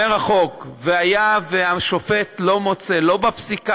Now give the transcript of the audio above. אומר החוק: והיה אם השופט לא מוצא בפסיקה